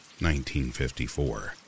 1954